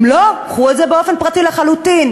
אם לא, קחו את זה באופן פרטי לחלוטין.